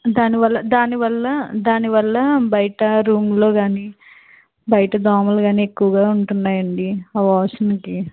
దాని వల్ల దాని వల్ల దాని వల్ల బయట రూమ్లో కాని బయట దోమలు కాని ఎక్కువగా ఉంటున్నాయండి ఆ వాసనకి